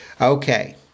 Okay